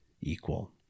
equal